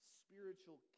spiritual